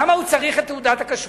למה הוא צריך תעודת כשרות?